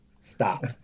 stop